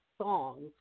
songs